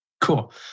cool